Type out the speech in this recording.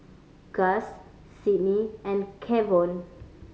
Gus Sidney and Kevon